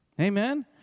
Amen